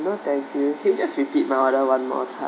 no thank you just repeat my order one more time